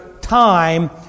time